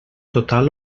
total